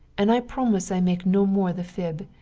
and i promise i make no more the fib,